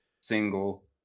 single